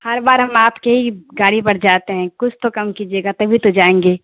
ہر بار ہم آپ کے ہی گاڑی بر جاتے ہیں کچھ تو کم کیجیے گا تبھی تو جائیں گے